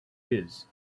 his